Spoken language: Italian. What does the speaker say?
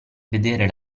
vedere